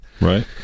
Right